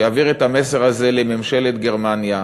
שיעביר את המסר הזה לממשלת גרמניה.